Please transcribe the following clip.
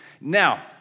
Now